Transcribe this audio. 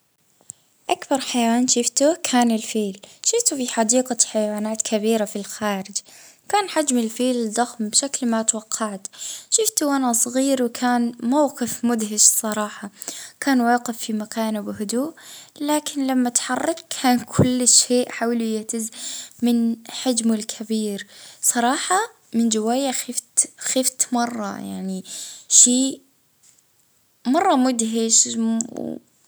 فأكبر حيوان شفته كان فيل في حديقة الحيوانات وجت كنت صغيرة اه مشهد مبهر كيف اه حجمه كبير ويتحرك اه برشاقة رغم كبر جسمه.